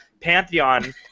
Pantheon